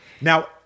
Now-